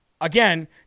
again